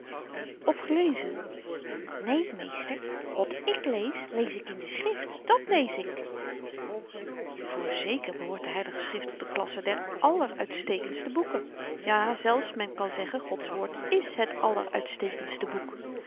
of gelezen né meester wat ik lees lees ik in de schrift dat lees ik voorzeker behoort de h schrift tot de klasse der alleruitstekendste boeken jazelfs men kan zeggen gods woord is het alleruitstekendste boek